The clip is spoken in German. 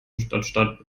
stadtstaat